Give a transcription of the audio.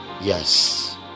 yes